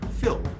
Phil